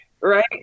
Right